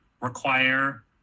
require